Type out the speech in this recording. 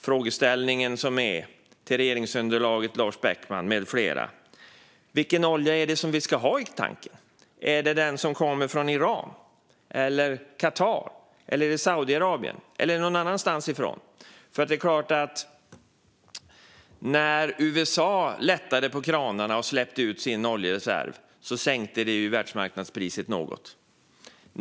Frågan till regeringsunderlaget är, Lars Beckman med flera, vilken olja är det vi ska ha i tanken. Är det den som kommer från Iran? Eller från Qatar? Från Saudiarabien eller någon annanstans ifrån? Det är klart att när USA lättade på kranarna och släppte ut sin oljereserv sänkte det världsmarknadspriset något.